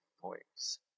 points